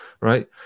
right